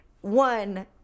one